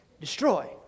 destroy